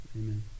Amen